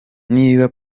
niba